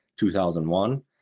2001